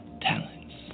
talents